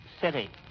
city